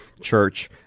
church